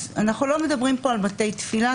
אבל אנחנו לא מדברים פה על בתי תפילה,